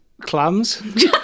clams